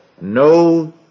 no